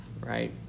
right